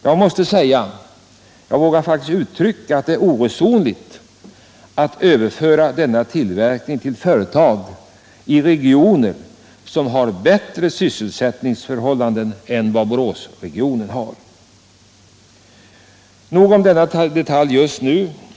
Jag vågar faktiskt uttrycka den uppfattningen att det är oresonligt att överföra denna tillverkning till företag i regioner, som har bättre sysselsättningsförhållanden än vad Boråsregionen har. Nog om denna detalj just nu.